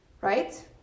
Right